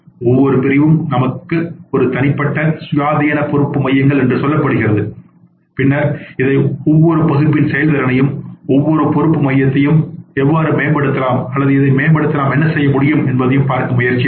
ஒவ்வொரு பிரிவும் நமக்கு ஒரு தனிப்பட்ட சுயாதீனமான பொறுப்பு மையங்கள் என்று சொல்லப்படுகிறது பின்னர் இதை ஒவ்வொரு பகுப்பின் செயல்திறனையும் ஒவ்வொரு பொறுப்பு மையத்தையும் எவ்வாறு மேம்படுத்தலாம் அல்லது இதை மேம்படுத்த நாம் என்ன செய்ய முடியும் என்பதைப் பார்க்க முயற்சிப்போம்